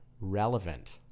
relevant